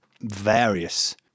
various